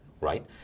right